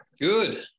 Good